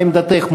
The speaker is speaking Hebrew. מה עמדתך,